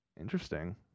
Interesting